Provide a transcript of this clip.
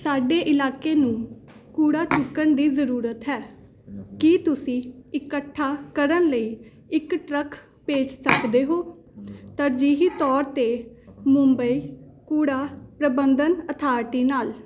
ਸਾਡੇ ਇਲਾਕੇ ਨੂੰ ਕੂੜਾ ਚੁੱਕਣ ਦੀ ਜ਼ਰੂਰਤ ਹੈ ਕੀ ਤੁਸੀਂ ਇਕੱਠਾ ਕਰਨ ਲਈ ਇੱਕ ਟਰੱਕ ਭੇਜ ਸਕਦੇ ਹੋ ਤਰਜੀਹੀ ਤੌਰ 'ਤੇ ਮੁੰਬਈ ਕੂੜਾ ਪ੍ਰਬੰਧਨ ਅਥਾਰਟੀ ਨਾਲ